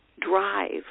drive